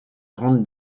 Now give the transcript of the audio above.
grandes